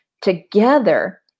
together